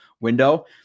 window